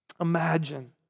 Imagine